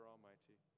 Almighty